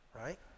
right